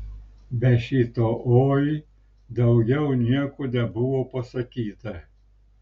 be šito oi daugiau nieko nebuvo pasakyta